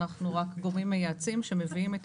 אנחנו רק גורמים מייעצים שמביאים את